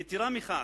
יתירה מכך,